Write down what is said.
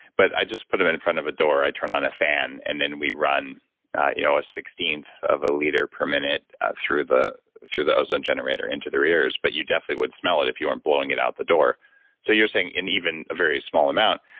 but i just put them in front of a door, i turn on a fan and then we run you know a sixteenth of a liter per minute through the through the ozone generator into their ears. but you definitely would smell it if you weren't blowing it out the door so, you're saying in even a very small amount.